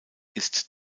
ist